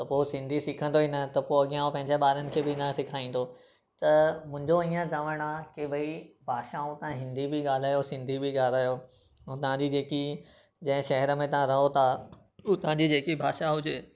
त पोइ सिंधी सिखंदो ई न त पोइ अॻियां हो पंहिंजे ॿारनि खे बि न सेखारींदो त मुंहिंजो इअं चवणु आहे की भाई भाषाऊं तव्हां हिंदी बि ॻाल्हायो सिंधी बि ॻाल्हायो ऐं तव्हां जी जेकी जंहिं शहर में तव्हां रहो था उतां जी जेकी भाषा हुजे